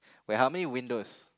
wait how many windows